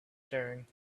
sharing